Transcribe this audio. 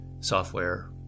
software